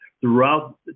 throughout